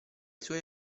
suoi